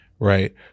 Right